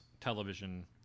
television